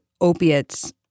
opiates